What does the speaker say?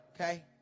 Okay